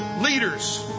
leaders